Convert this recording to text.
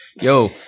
Yo